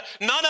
None